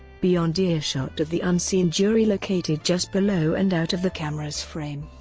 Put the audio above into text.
beyond earshot of the unseen jury located just below and out of the camera's frame.